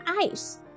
ice